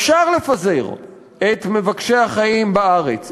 אפשר לפזר את מבקשי החיים בארץ,